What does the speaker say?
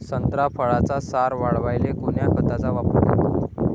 संत्रा फळाचा सार वाढवायले कोन्या खताचा वापर करू?